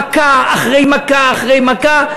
מכה אחרי מכה אחרי מכה,